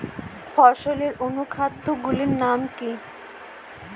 ফসলের অনুখাদ্য গুলির নাম কি?